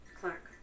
Clark